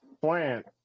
plant